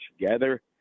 together